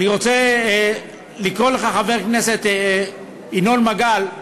אני רוצה לקרוא לך, חבר הכנסת ינון מגל: